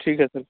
ठीक है सर